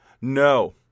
No